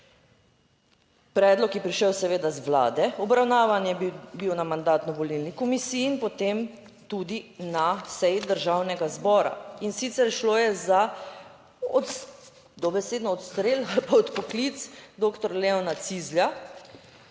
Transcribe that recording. Predlog je prišel seveda z vlade, obravnavan je bil na Mandatno-volilni komisiji in potem tudi na seji Državnega zbora, in sicer šlo je za dobesedno odstrel ali pa odpoklic doktor Leona Cizlja